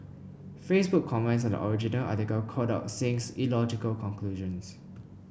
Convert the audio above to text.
Facebook comments on the original article called out Singh's illogical conclusions